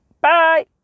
Bye